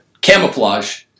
camouflage